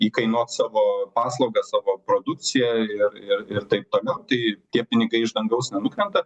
įkainuot savo paslaugas savo produkciją ir ir ir taip toliau tai tie pinigai iš dangaus nenukrenta